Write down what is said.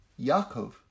Yaakov